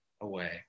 away